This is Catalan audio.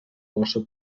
força